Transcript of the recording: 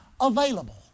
available